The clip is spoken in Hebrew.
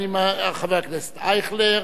חבר הכנסת אייכלר.